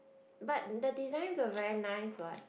but the design the very nice what